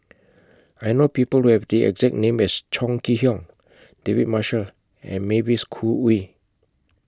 I know People Who Have The exact name as Chong Kee Hiong David Marshall and Mavis Khoo Oei